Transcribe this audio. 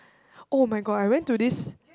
[oh]-my-god I went to this